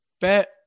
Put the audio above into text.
Bet